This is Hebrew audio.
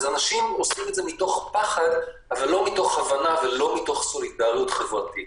אנשים עושים את זה מתוך פחד ולא מתוך הבנה ולא מתוך סולידריות חברתית.